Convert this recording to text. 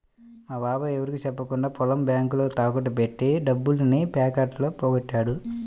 మా బాబాయ్ ఎవరికీ చెప్పకుండా పొలం బ్యేంకులో తాకట్టు బెట్టి డబ్బుల్ని పేకాటలో పోగొట్టాడు